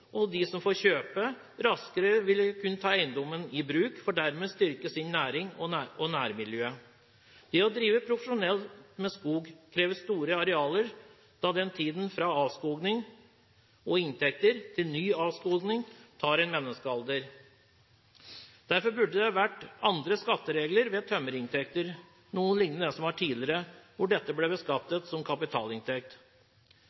og de som får kjøpe, ville raskere kunne ta eiendommen i bruk, for dermed å styrke sin næring og nærmiljøet. Å drive profesjonelt med skog krever store arealer, da tiden fra avskoging og inntekter til ny avskoging tar en menneskealder. Derfor burde det vært andre skatteregler ved tømmerinntekter, noe lignende det som var tidligere, hvor dette ble